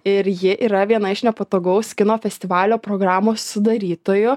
ir ji yra viena iš nepatogaus kino festivalio programos sudarytojų